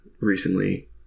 recently